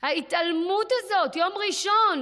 וההתעלמות הזאת, ביום ראשון,